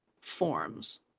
forms